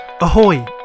Ahoy